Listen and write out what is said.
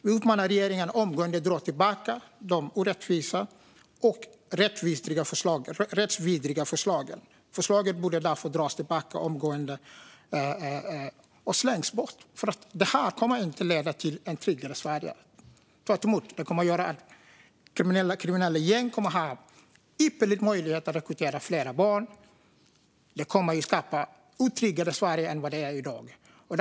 Jag uppmanar regeringen att omgående dra tillbaka detta förslag. Det är orättvist och rättsvidrigt och borde därför slängas bort, för det kommer inte att leda till ett tryggare Sverige. Tvärtom kommer det att ge kriminella gäng ypperliga möjligheter att rekrytera fler barn. Det kommer att skapa ett Sverige som är otryggare än i dag.